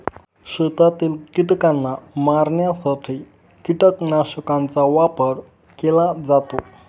शेतातील कीटकांना मारण्यासाठी कीटकनाशकांचा वापर केला जातो